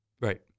Right